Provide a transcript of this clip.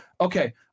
Okay